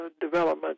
development